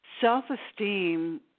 self-esteem